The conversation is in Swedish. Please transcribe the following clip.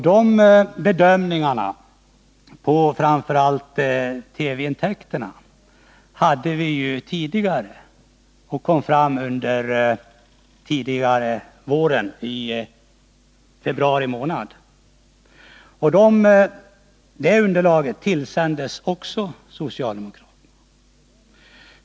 De bedömningarna, framför allt av TV-intäkterna, förelåg ju tidigare under våren, i februari månad. Det underlaget tillställdes också socialdemokraterna.